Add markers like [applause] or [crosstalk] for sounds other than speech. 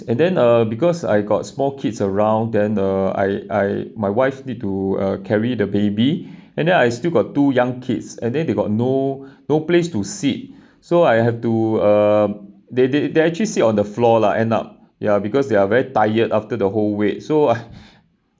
and then uh because I got small kids around then uh I I my wife need to uh carry the baby and then I still got two young kids and then they got no no place to sit so I have to um they they they actually sit on the floor lah end up ya because they are very tired after the whole wait so I [laughs]